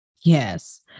Yes